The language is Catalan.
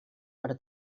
però